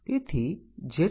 એ જ રીતે આપણે બીજું લઈએ છીએ